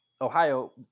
ohio